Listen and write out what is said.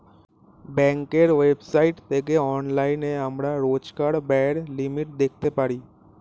ব্যাঙ্কের ওয়েবসাইট থেকে অনলাইনে আমরা রোজকার ব্যায়ের লিমিট দেখতে পারি